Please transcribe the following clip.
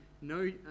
no